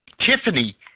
Tiffany